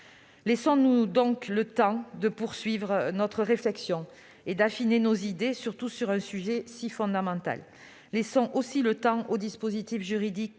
Laissons-nous le temps de poursuivre notre réflexion et d'affiner nos idées, surtout sur un sujet aussi fondamental. Laissons aussi le temps aux dispositifs juridiques